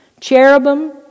Cherubim